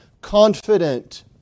confident